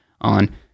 on